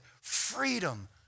Freedom